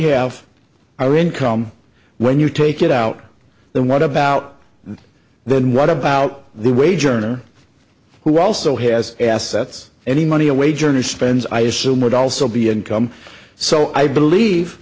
have iran come when you take it out then what about then what about the wage earner who also has assets any money a wage earner spends i assume would also be income so i believe